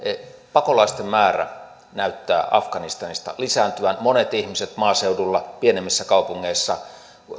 pakolaisten määrä näyttää afganistanista lisääntyvän monet ihmiset maaseudulla pienemmissä kaupungeissa